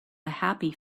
happy